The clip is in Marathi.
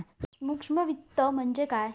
सूक्ष्म वित्त म्हणजे काय?